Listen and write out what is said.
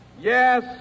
yes